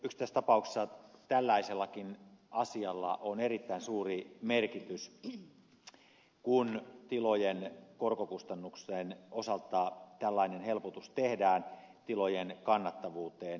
yksittäistapauksissa tällaisellakin asialla on erittäin suuri merkitys kun tilojen korkokustannusten osalta tällainen helpotus tehdään tilojen kannattavuuteen